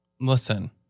Listen